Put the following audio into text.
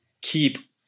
keep